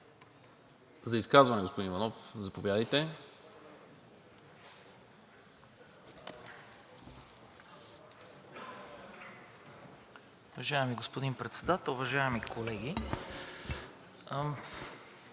За изказване ли, господин Иванов? Заповядайте.